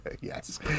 Yes